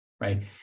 right